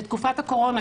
בתקופת הקורונה,